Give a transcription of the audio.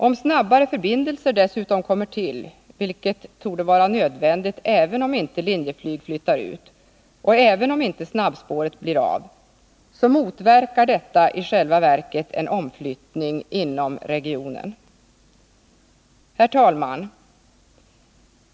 Om snabbare förbindelser kommer till, vilket torde vara nödvändigt även om inte Linjeflyg flyttar ut och även om inte snabbspåret blir av, så motverkar detta i själva verket en omflyttning inom regionen. Herr talman!